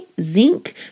zinc